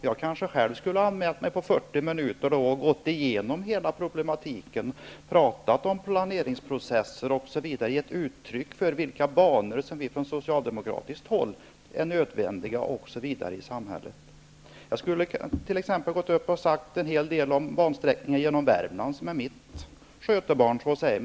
Jag kanske själv då skulle ha anmält mig för 40 minuter, gått igenom hela problematiken, pratat om planeringsprocesser osv. och givit uttryck för vilka banor som vi från socialdemokratiskt håll anser är nödvändiga, osv. Jag skulle t.ex. ha kunnat säga en hel del om bansträckningen genom Värmland, som så att säga är mitt skötebarn.